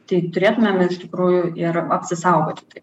tai turėtumėm iš tikrųjų ir apsisaugoti taip